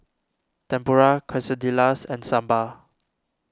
Tempura Quesadillas and Sambar